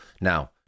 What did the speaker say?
Now